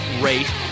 rate